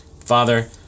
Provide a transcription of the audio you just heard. Father